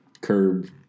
curb